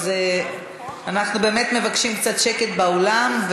אז אנחנו באמת מבקשים קצת שקט באולם,